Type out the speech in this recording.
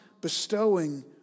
bestowing